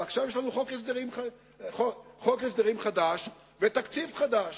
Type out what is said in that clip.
ועכשיו יש לנו חוק הסדרים חדש ותקציב חדש.